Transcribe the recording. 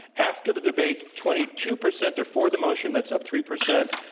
after the debate, twenty two percent are for the motion. that's up three percent.